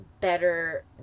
better